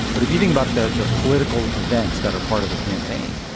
but if you think about the the political events that are part of a campaign,